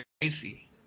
crazy